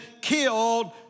killed